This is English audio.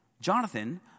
Jonathan